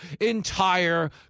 entire